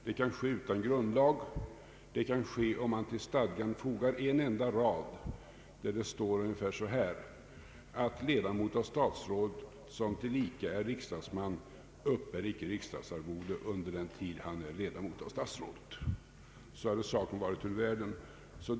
Det kan ske utan grundlagsändring — det kan ske om man till stadgan fogar en enda rad, där det står ungefär så här: Ledamot av statsrådet som tillika är riksdagsman uppbär icke riksdagsarvode under den tid han är ledamot av statsrådet. Därmed hade saken varit ur världen.